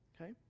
Okay